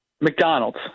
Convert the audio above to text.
McDonald's